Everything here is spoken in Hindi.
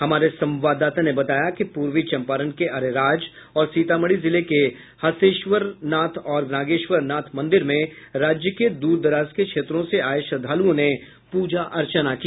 हमारे संवाददाता ने बताया कि पूर्वी चंपारण के अरेराज और सीतामढ़ी जिले के हसेश्वरनाथ और नागेश्वर नाथ मंदिर में राज्य के दूर दराज के क्षेत्रों से आये श्रद्धालुओं ने पूजा अर्चना की